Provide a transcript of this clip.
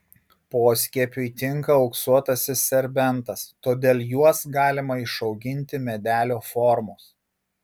poskiepiui tinka auksuotasis serbentas todėl juos galima išauginti medelio formos